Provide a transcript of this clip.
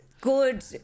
good